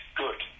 good